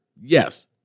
Yes